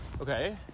Okay